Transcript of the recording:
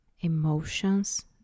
emotions